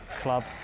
Club